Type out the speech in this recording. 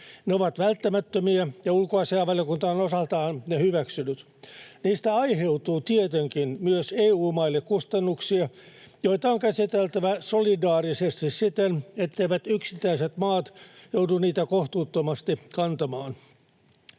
Ne ovat välttämättömiä, ja ulkoasiainvaliokunta on osaltaan ne hyväksynyt. Niistä aiheutuu tietenkin myös EU-maille kustannuksia, joita on käsiteltävä solidaarisesti siten, etteivät yksittäiset maat joudu niitä kohtuuttomasti kantamaan.